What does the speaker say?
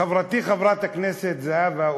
חברתי חברת הכנסת זהבה,